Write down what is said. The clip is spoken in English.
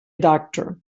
doctor